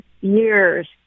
years